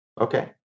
Okay